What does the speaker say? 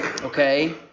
okay